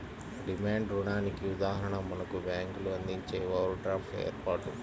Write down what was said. demand రుణానికి ఉదాహరణ మనకు బ్యేంకులు అందించే ఓవర్ డ్రాఫ్ట్ ఏర్పాటు